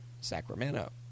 Sacramento